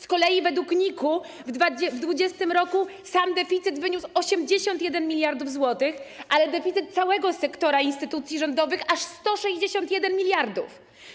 Z kolei według NIK w 2020 r. sam deficyt wyniósł 81 mld zł, ale deficyt całego sektora instytucji rządowych - aż 161 mld.